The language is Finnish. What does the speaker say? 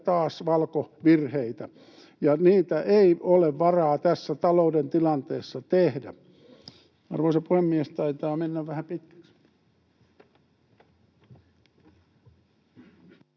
taas virheitä, ja niitä ei ole varaa tässä talouden tilanteessa tehdä. — Arvoisa puhemies, taitaa mennä vähän pitkäksi.